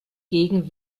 gegen